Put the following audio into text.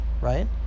right